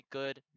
good